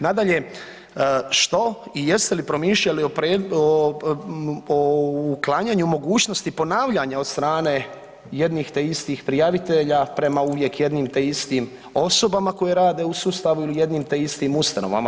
Nadalje, što i jeste li promišljali o uklanjanju mogućnosti ponavljanja od strane jednih te istih prijavitelja prema uvijek jednim te istim osobama koji te rade u sustavu ili jednim te istim ustanovama.